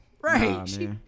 Right